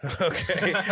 Okay